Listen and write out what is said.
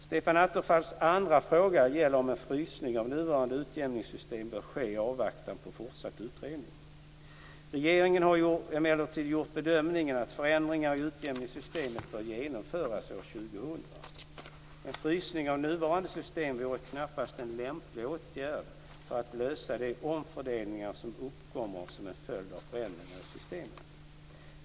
Stefan Attefalls andra fråga gäller om en frysning av nuvarande utjämningssystem bör ske i avvaktan på fortsatt utredning. Regeringen har emellertid gjort bedömningen att förändringar i utjämningssystemet bör genomföras år 2000. En frysning av nuvarande system vore knappast en lämplig åtgärd för att lösa de omfördelningar som uppkommer som en följd av förändringar i systemet.